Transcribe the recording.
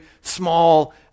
small